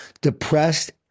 depressed